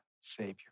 savior